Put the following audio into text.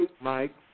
Mike